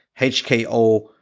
HKO